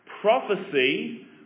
Prophecy